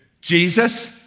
Jesus